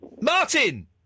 Martin